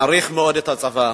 מעריך מאוד את הצבא,